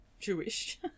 Jewish